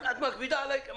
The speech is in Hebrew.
את מכבידה עליי כצרכן.